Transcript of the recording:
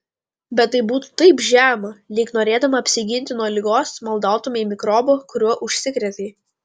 bet tai būtų taip žema lyg norėdama apsiginti nuo ligos maldautumei mikrobo kuriuo užsikrėtei